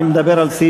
לסעיף